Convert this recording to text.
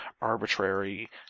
arbitrary